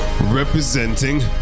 representing